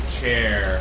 chair